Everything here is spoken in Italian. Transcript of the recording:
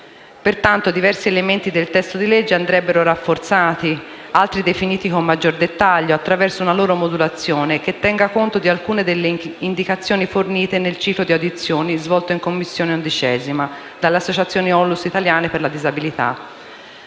Pertanto, diversi elementi del testo di legge andrebbero rafforzati ed altri definiti con maggior dettaglio, attraverso una loro modulazione che tenga conto di alcune delle indicazioni fornite nel ciclo di audizioni svolto in 11a Commissione delle associazioni e ONLUS italiane che operano